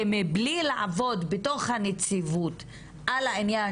ומבלי לעבוד בתוך הנציבות על העניין